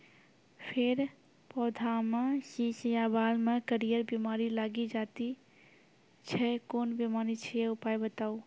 फेर पौधामें शीश या बाल मे करियर बिमारी लागि जाति छै कून बिमारी छियै, उपाय बताऊ?